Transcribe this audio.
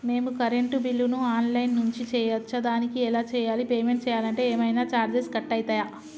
మేము కరెంటు బిల్లును online నుంచి చేయచ్చా? దానికి ఎలా చేయాలి? పేమెంట్ చేయాలంటే ఏమైనా చార్జెస్ కట్ అయితయా?